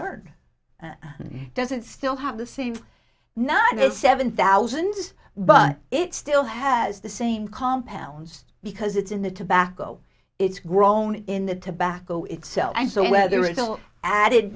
learned that it doesn't still have the same not as seven thousand but it still has the same compounds because it's in the tobacco it's grown in the tobacco itself and so whether it's added